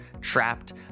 trapped